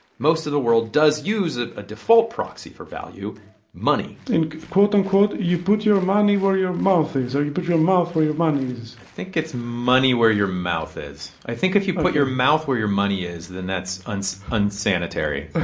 most of the world does use a default proxy for value money and quote-unquote, you put your money where your mouth is, or you put your mouth where your money is i think it's money where your mouth is. i think if you put your mouth where your money is, then that's ah that's unsanitary